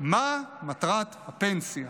מה מטרת הפנסיה?